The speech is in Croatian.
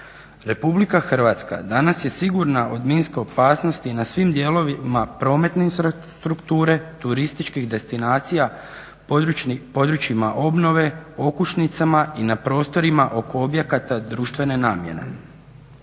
rata. RH danas je sigurna od minske opasnosti na svim dijelovima prometne infrastrukture, turističkih destinacija, područjima obnove, okućnicama i na prostorima oko objekata društvene namjene.